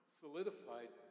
solidified